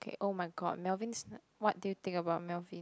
okay oh-my-god Melvin's what do you think about Melvin